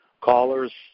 callers